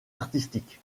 artistique